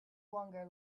longer